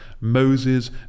Moses